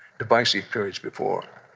divisive periods before.